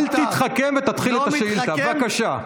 אל תתחכם ותתחיל את השאילתה, בבקשה.